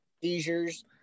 seizures